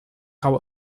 out